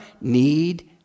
need